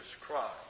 Christ